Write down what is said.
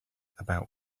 about